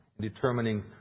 determining